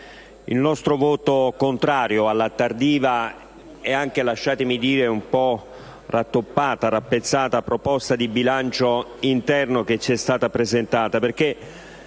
esprimerà voto contrario sulla tardiva e anche - lasciatemelo dire - un po' rattoppata e rappezzata proposta di bilancio interno che ci è stata presentata.